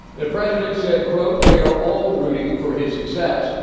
the president said, quote, we are all rooting for his success.